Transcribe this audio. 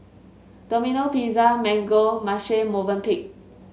Domino Pizza Mango Marche Movenpick